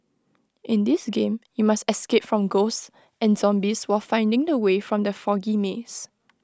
in this game you must escape from ghosts and zombies while finding the way from the foggy maze